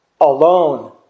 alone